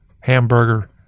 hamburger